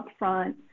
upfront